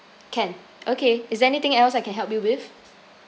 can okay is there anything else I can help you with